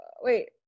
wait